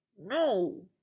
No